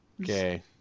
Okay